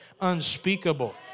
unspeakable